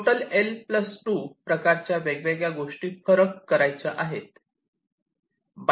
total L 2 प्रकारच्या वेगवेगळ्या गोष्टी फरक करायचा आहे आहेत